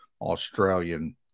Australian